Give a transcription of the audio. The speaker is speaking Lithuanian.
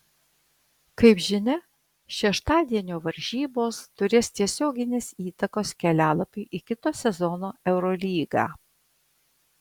kaip žinia šeštadienio varžybos turės tiesioginės įtakos kelialapiui į kito sezono eurolygą